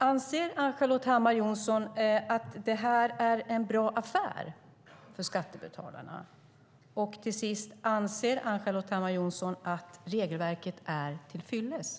Anser Ann-Charlotte Hammar Johnsson att det är en bra affär för skattebetalarna? Och till sist: Anser Ann-Charlotte Hammar Johnsson att regelverket är till fyllest?